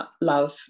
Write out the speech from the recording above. love